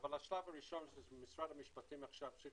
אבל השלב הראשון זה משרד המשפטים שצריך